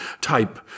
type